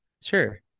Sure